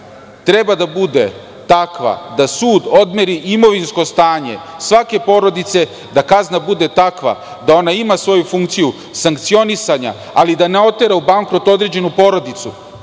treba da bude takva da sud odmeri imovinsko stanje svake porodice, da kazna bude takva da ona ima svoju funkciju sankcionisanja, ali da ne otera u bankrot određenu porodicu,